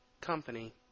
Company